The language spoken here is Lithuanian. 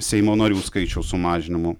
seimo narių skaičiaus sumažinimo